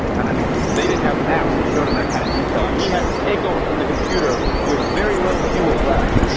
and i mean they didn't have maps that showed them that kind of detail, and he had to take over from the computer with very little fuel left.